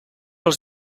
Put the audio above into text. els